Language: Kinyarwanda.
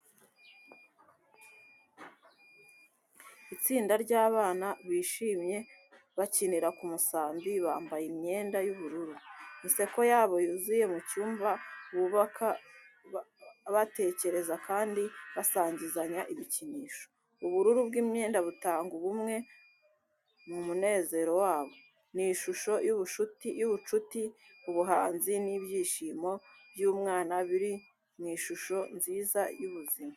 Itsinda ry'abana bishimye bakinira ku musambi, bambaye imyenda y’ubururu. Inseko yabo yuzuye mu cyumba bubaka, batekereza kandi basangizanya ibikinisho. Ubururu bw’imyenda butanga ubumwe mu munezero wabo. Ni ishusho y’ubucuti, ubuhanzi n’ibyishimo by’ubwana biri mu ishusho nziza y’ubuzima.